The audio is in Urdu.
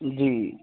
جی